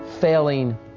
failing